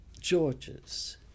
George's